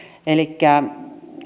elikkä